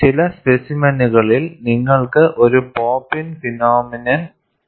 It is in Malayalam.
ചില സ്പെസിമെനുകളിൽ നിങ്ങൾക്ക് ഒരു പോപ്പ് ഇൻ ഫിനോമിനൺ ഉണ്ടാകും